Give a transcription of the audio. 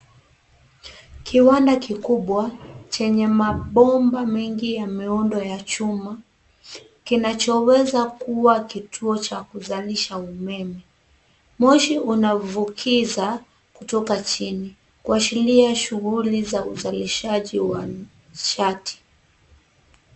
Kiwanda kikubwa chenye mabomba mengi ya miundo ya chuma kinazoweza kuwa kituo cha kuzalisha umeme. Moshi unavukiza kutoka chini kuashiria shughuli za uzalishazi wa nishati.